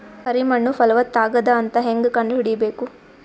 ಕರಿ ಮಣ್ಣು ಫಲವತ್ತಾಗದ ಅಂತ ಹೇಂಗ ಕಂಡುಹಿಡಿಬೇಕು?